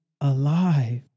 alive